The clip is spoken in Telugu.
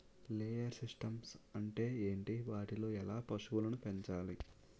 లేయర్ సిస్టమ్స్ అంటే ఏంటి? వాటిలో ఎలా పశువులను పెంచాలి?